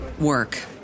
work